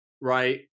right